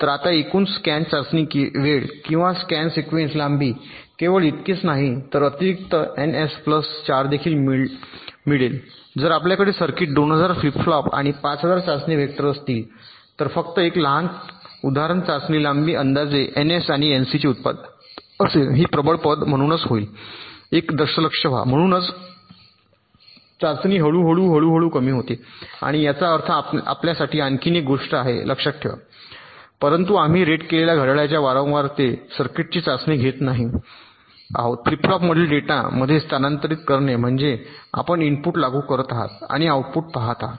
तर आता एकूण स्कॅन चाचणी वेळ किंवा स्कॅन सीक्वेन्स लांबी केवळ इतकेच नाही तर अतिरिक्त एनएस प्लस 4 देखील मिळेल जोडले जर आपल्याकडे सर्किट 2000 फ्लिप फ्लॉप आणि 500 चाचणी वेक्टर असतील तर फक्त एक लहान उदाहरण चाचणी लांबी अंदाजे एनएस आणि एनसीचे उत्पादन असेल ही प्रबळ पद आहे म्हणूनच होईल एक दशलक्ष व्हा म्हणूनच चाचणी हळूहळू हळूहळू कमी होते आणि याचा अर्थ आपल्यासाठी आणखी एक गोष्ट आहे लक्षात ठेवा परंतु आम्ही रेट केलेल्या घड्याळाच्या वारंवारतेवर सर्किटची चाचणी घेत नाही आहोत फ्लिप फ्लॉपमधील डेटा मध्ये स्थानांतरित करणे नंतर आपण इनपुट लागू करत आहात आणि आउटपुट पहात आहात